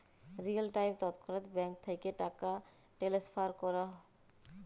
real time তৎক্ষণাৎ bank থ্যাইকে টাকা টেলেসফার ক্যরা